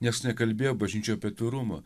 nieks nekalbėjo bažnyčioj apie atvirumą